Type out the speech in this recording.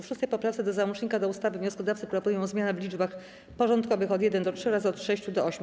W 6. poprawce do załącznika do ustawy wnioskodawcy proponują zmiany w liczbach porządkowych od 1 do 3 oraz od 6 do 8.